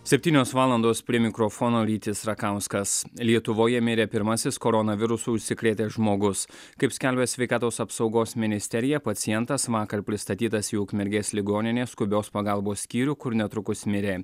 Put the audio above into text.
septynios valandos prie mikrofono rytis rakauskas lietuvoje mirė pirmasis koronavirusu užsikrėtęs žmogus kaip skelbia sveikatos apsaugos ministerija pacientas vakar pristatytas į ukmergės ligoninės skubios pagalbos skyrių kur netrukus mirė